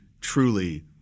truly